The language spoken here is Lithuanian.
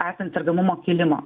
esant sergamumo kilimo